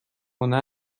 هنر